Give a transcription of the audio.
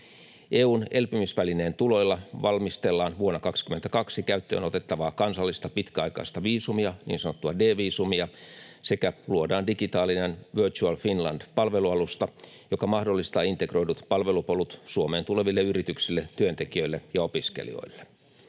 EU:n elpymisvälineen tuloilla valmistellaan vuonna 22 käyttöönotettavaa kansallista pitkäaikaista viisumia, niin sanottua D-viisumia, sekä luodaan digitaalinen Virtual Finland -palvelualusta, joka mahdollistaa integroidut palvelupolut Suomeen tuleville yrityksille, työntekijöille ja opiskelijoille.